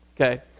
Okay